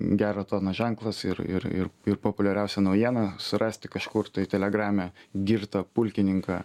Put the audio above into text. gero tono ženklas ir ir ir ir populiariausia naujiena surasti kažkur toj telegrame girtą pulkininką